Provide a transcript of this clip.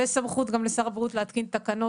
ויש סמכות גם לשר הבריאות להתקין תקנות